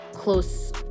close